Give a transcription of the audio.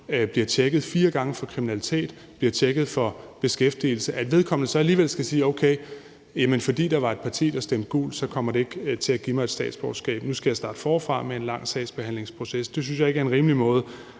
bliver tjekket fire gange for kriminalitet og bliver tjekket for beskæftigelse, hvis vedkommende så alligevel skal sige: Okay, fordi der var et parti, der stemte gult, kommer de ikke til at give mig et statsborgerskab; nu skal jeg starte forfra med en lang sagsbehandlingsproces. Det synes jeg ikke er en rimelig måde